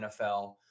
NFL